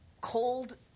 cold